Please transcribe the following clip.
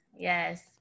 Yes